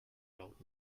laut